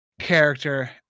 character